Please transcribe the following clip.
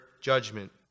judgment